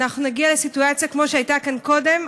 אנחנו נגיע לסיטואציה כמו שהייתה כאן קודם.